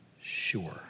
sure